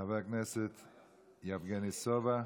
חבר הכנסת יבגני סובה,